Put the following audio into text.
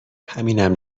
همینم